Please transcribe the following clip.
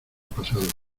pasado